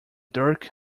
dirk